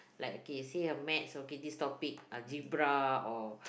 like okay say her maths okay see this topic algebra or